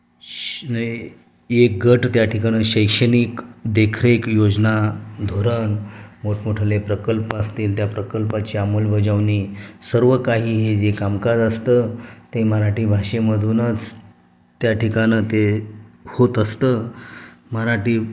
श् ए एक गट त्या ठिकाणं शैक्षणिक देखरेख योजना धोरण मोठमोठे प्रकल्प असतील त्या प्रकल्पाची अंमलबजावणी सर्व काही हे जे कामकाज असतं ते मराठी भाषेमधूनच त्या ठिकाणी ते होत असतं मराठी